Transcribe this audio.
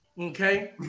Okay